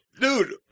Dude